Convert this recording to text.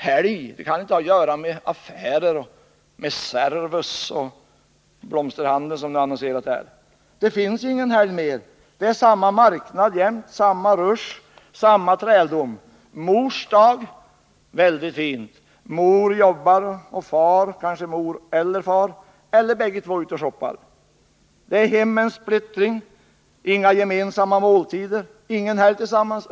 Helg —- det kan inte ha att göra med affärer, med Servus eller med den blomsterhandel som annonserade. Det finns ingen helg mer. Det är samma marknad jämt, samma rusch, samma träldom. Mors dag — väldigt fint! Mor jobbar och mor eller far eller bägge är ute och shoppar. Det är hemmens splittring — inga gemensamma måltider, ingen helg tillsammans.